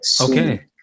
Okay